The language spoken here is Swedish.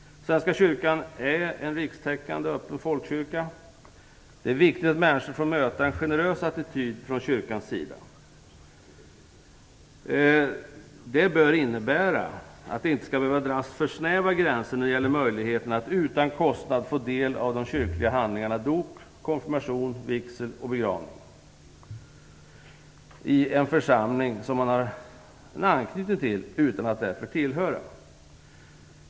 Svenska kyrkan är en rikstäckande öppen folkkyrka. Det är viktigt att människor får möta en generös attityd från kyrkans sida. Det innebär att det inte skall dras för snäva gränser när det gäller möjligheten att utan kostnad få del av de kyrkliga handlingarna dop, konfirmation, vigsel och begravning i en församling som man har anknytning till men inte tillhör.